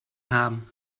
haben